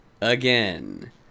again